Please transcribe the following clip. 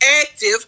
active